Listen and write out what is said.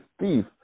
thief